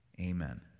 amen